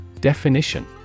Definition